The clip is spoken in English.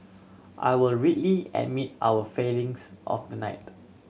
I would readily admit our failings of the night